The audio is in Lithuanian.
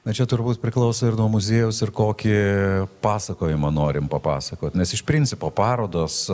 na čia turbūt priklauso ir nuo muziejaus ir kokį pasakojimą norim papasakot nes iš principo parodos